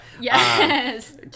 yes